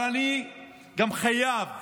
אבל אני גם חייב